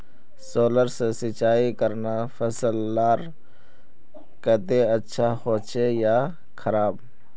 Solar से सिंचाई करना फसल लार केते अच्छा होचे या खराब?